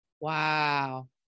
Wow